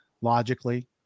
logically